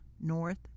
north